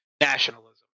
Nationalism